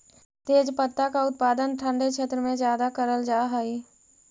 तेजपत्ता का उत्पादन ठंडे क्षेत्र में ज्यादा करल जा हई